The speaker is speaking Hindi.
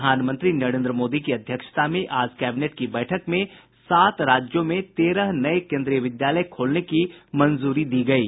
प्रधानमंत्री नरेन्द्र मोदी की अध्यक्षता में आज कैबिनेट की बैठक में सात राज्यों में तेरह नये केन्द्रीय विद्यालय खोलने की मंजूरी दी गयी